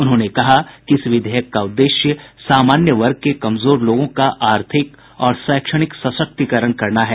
उन्होंने कहा कि इस विधेयक का उद्देश्य सामान्य वर्ग के कमजोर लोगों का आर्थिक और शैक्षणिक सशक्तीकरण करना है